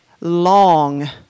Long